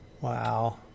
Wow